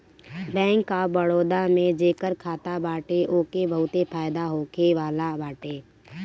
bank of Baroda में जेकर खाता बाटे ओके बहुते फायदा होखेवाला बाटे